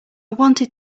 wanted